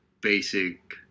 basic